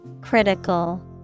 Critical